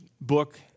book